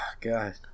God